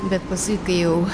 bet paskui kai jau